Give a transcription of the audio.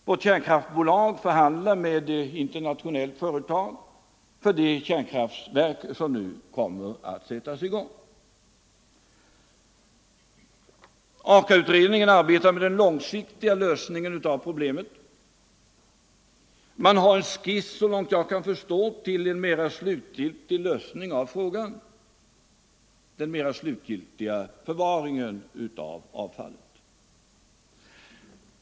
Vårt kärnkraftbolag förhandlar med ett internationellt företag 29 november 1974 för de kärnkraftverk som nu kommer att sättas i gång. AKA-utredningen arbetar med den långsiktiga lösningen av problemet. Man har så långt — Ang. försäljningen jag kan förstå en skiss till en mera definitiv lösning av frågan om den = av svensk atomslutgiltiga förvaringen av avfallet.